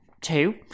two